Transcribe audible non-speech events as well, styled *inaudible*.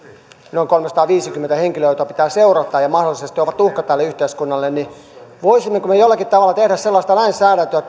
noin kolmesataaviisikymmentä henkilöä joita pitää seurata ja jotka mahdollisesti ovat uhka tälle yhteiskunnalle niin voisimmeko me jollakin tavalla tehdä sellaista lainsäädäntöä *unintelligible*